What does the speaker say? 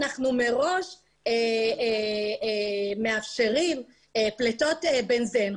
אנחנו מראש מאפשרים פליטות בנזן,